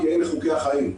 כי אלה חוקי החיים.